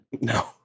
No